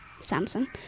Samson